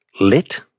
lit